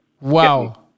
Wow